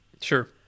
sure